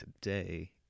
today